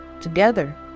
Together